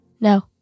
No